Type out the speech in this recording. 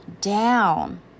down